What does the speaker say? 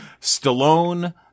Stallone